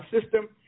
system